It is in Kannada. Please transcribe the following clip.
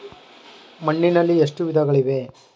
ಮಣ್ಣಿನಲ್ಲಿ ಎಷ್ಟು ವಿಧಗಳಿವೆ?